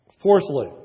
Fourthly